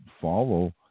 follow